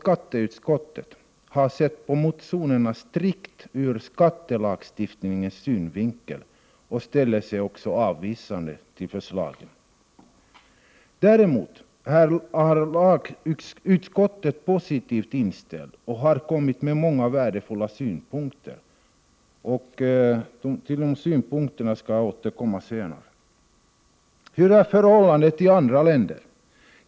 Skatteutskottet har sett motionerna strikt ur skattelagstiftningens synvinkel och ställer sig också avvisande till förslagen. Däremot är lagutskottet positivt inställt och har kommit med många värdefulla synpunkter. Till dem skall jag Prot. 1988/89:46 återkomma senare. 15 december 1988 Hur är förhållandet i andra länder?